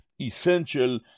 essential